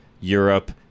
Europe